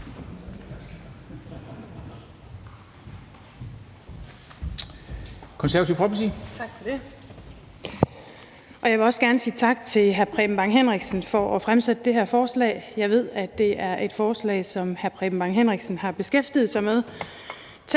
Jeg vil også gerne sige tak til hr. Preben Bang Henriksen for at fremsætte det her forslag. Jeg ved, at det er et forslag, som hr. Preben Bang Henriksen har beskæftiget sig tæt